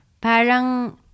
Parang